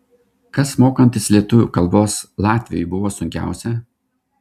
kas mokantis lietuvių kalbos latviui buvo sunkiausia